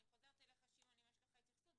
אני חוזרת אליך, שמעון, אם יש לך התייחסות.